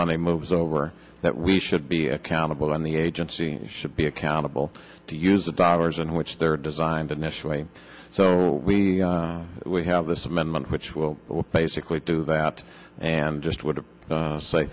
money moves over that we should be accountable on the agency should be accountable to use the dollars in which they're designed and nationally so we we have this amendment which will basically do that and just would